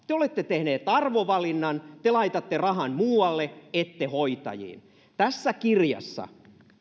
te olette tehneet arvovalinnan te laitatte rahan muualle ette hoitajiin se on tässä kirjassa